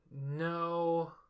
No